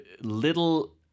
little